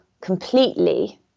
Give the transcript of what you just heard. completely